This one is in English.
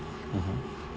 mmhmm